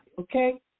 okay